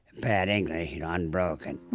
bad english, unbroken.